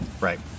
Right